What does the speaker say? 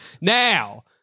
now